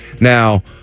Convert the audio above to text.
Now